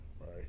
right